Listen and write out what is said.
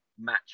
match